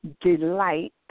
delight